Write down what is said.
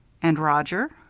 and roger?